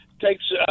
takes